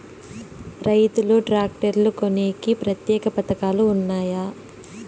రైతులు ట్రాక్టర్లు కొనేకి ప్రత్యేక పథకాలు ఉన్నాయా?